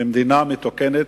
מדינה מתוקנת,